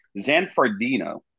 Zanfardino